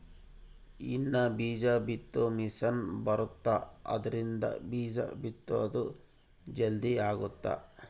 ಇನ್ನ ಬೀಜ ಬಿತ್ತೊ ಮಿಸೆನ್ ಬರುತ್ತ ಆದ್ರಿಂದ ಬೀಜ ಬಿತ್ತೊದು ಜಲ್ದೀ ಅಗುತ್ತ